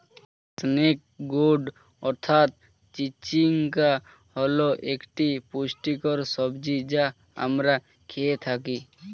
snake gourd অর্থাৎ চিচিঙ্গা হল একটি পুষ্টিকর সবজি যা আমরা খেয়ে থাকি